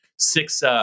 Six